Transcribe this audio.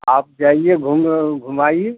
आप जाइए घूम घुमाइए